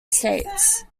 states